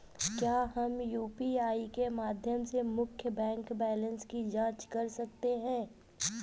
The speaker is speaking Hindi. क्या हम यू.पी.आई के माध्यम से मुख्य बैंक बैलेंस की जाँच कर सकते हैं?